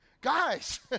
guys